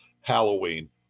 Halloween